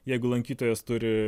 jeigu lankytojas turi